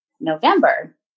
November